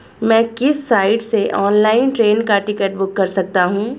मैं किस साइट से ऑनलाइन ट्रेन का टिकट बुक कर सकता हूँ?